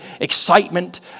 excitement